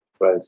Right